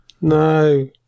No